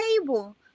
table